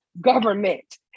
government